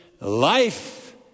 life